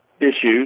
Issues